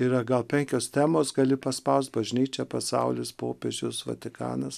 yra gal penkios temos gali paspaust bažnyčia pasaulis popiežius vatikanas